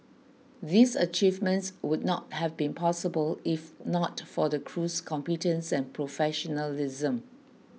these achievements would not have been possible if not for the crew's competence and professionalism